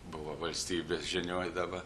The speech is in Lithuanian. buvo valstybės žinioj dabar